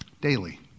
daily